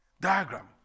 diagram